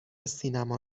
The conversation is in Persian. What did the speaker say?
سینما